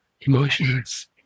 emotions